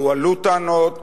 והועלו טענות,